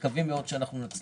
מקווים מאוד שנצליח.